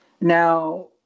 Now